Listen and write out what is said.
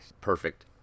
Perfect